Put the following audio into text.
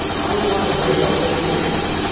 i want to break up those two missions.